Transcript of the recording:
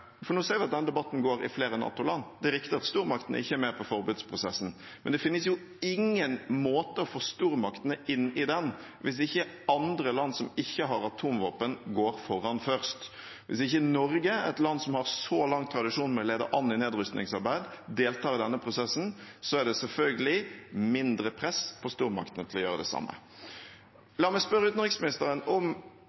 riktig at stormaktene ikke er med på forbudsprosessen, men det finnes ingen måter å få stormaktene inn i den på hvis ikke andre land som ikke har atomvåpen, går foran først. Hvis ikke Norge, et land som har så lang tradisjon for å lede an i nedrustningsarbeid, deltar i denne prosessen, er det selvfølgelig mindre press på stormaktene til å gjøre det samme.